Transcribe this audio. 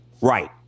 Right